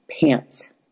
pants